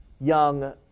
young